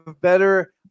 better